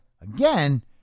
Again